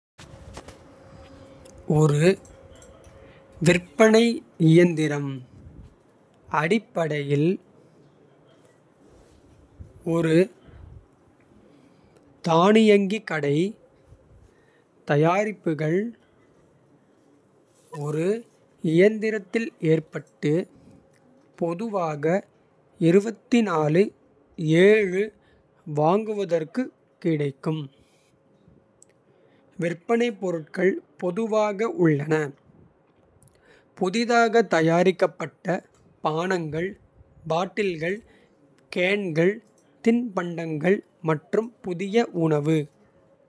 ஒரு விற்பனை இயந்திரம் அடிப்படையில் ஒரு. தானியங்கி கடை தயாரிப்புகள் ஒரு இயந்திரத்தில். ஏற்றப்பட்டு பொதுவாக வாங்குவதற்குக். கிடைக்கும் விற்பனை பொருட்கள் பொதுவாக உள்ளன. புதிதாக தயாரிக்கப்பட்ட பானங்கள் பாட்டில்கள் கேன்கள். தின்பண்டங்கள் மற்றும் புதிய உணவு.